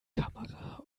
kamera